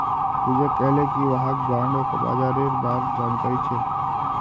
पूजा कहले कि वहाक बॉण्ड बाजारेर बार जानकारी छेक